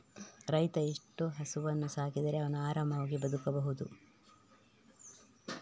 ರೈತ ಎಷ್ಟು ಹಸುವನ್ನು ಸಾಕಿದರೆ ಅವನು ಆರಾಮವಾಗಿ ಬದುಕಬಹುದು?